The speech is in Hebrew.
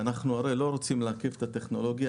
ואנחנו הרי לא רוצים לעכב את הטכנולוגיה,